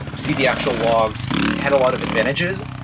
see the actual logs had a lot of advantages.